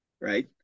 right